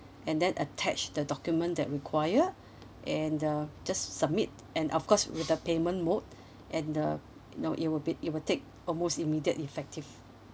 and then attach the document that require and uh just submit and of course with the payment mode and uh you know it will be it will take almost immediate effective